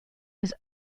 his